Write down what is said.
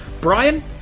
Brian